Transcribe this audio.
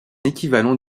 équivalent